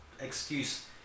excuse